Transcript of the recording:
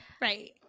right